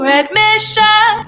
admission